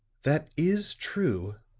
that is true,